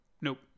nope